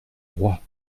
roi